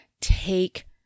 take